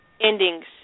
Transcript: Endings